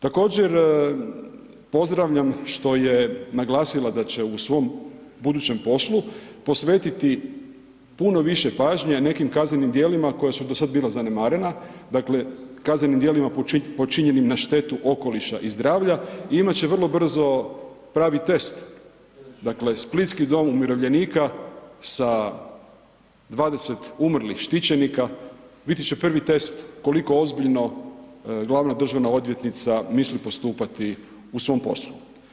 Također pozdravljam što je naglasila da će u svom budućem poslu posvetiti puno više pažnje nekim kaznenim djelima koja su do sada bila zanemarena, dakle kaznenim djelima počinjenim na štetu okoliša i zdravlja, imat će vrlo brzo pravi test, dakle splitski dom umirovljenika sa 20 umrlih štićenika, biti će prvi test koliko ozbiljno glavna državna odvjetnica misli postupati u svom poslu.